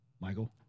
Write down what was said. Michael